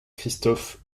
christophe